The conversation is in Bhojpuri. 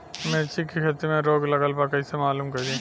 मिर्ची के खेती में रोग लगल बा कईसे मालूम करि?